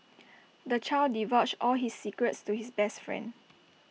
the child divulged all his secrets to his best friend